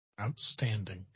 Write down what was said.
Outstanding